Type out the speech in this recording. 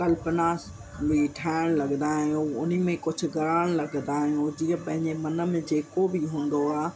कल्पना में ठहणु लगंदा आहियूं उनमें कुझु गड़न लगंदा आहियूं जीअं पंहिंजे मन में जेको बि हूंदो आहे